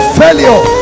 failure